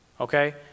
Okay